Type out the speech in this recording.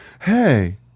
hey